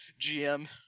GM